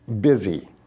busy